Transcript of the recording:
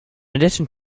addition